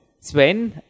Sven